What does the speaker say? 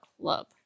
Club